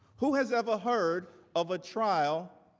who has ever heard of a trial,